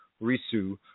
Risu